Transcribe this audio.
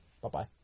Bye-bye